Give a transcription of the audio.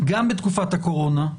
גם בתקופת הקורונה,